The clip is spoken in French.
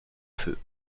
feu